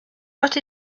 but